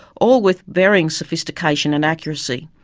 all with varying sophistication and accuracy.